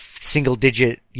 single-digit